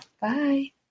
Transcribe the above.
Bye